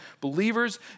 believers